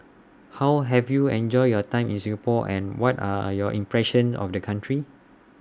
how have you enjoyed your time in Singapore and what are are your impressions of the country